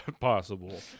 possible